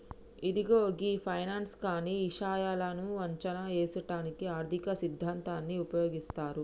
ఇదిగో గీ ఫైనాన్స్ కానీ ఇషాయాలను అంచనా ఏసుటానికి ఆర్థిక సిద్ధాంతాన్ని ఉపయోగిస్తారు